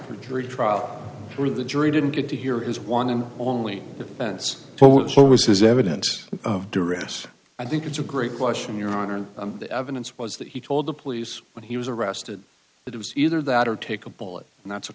after jury trial through the jury didn't get to hear his one and only events what was his evidence of duress i think it's a great question your honor and the evidence was that he told the police when he was arrested that it was either that or take a bullet and that's a